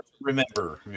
Remember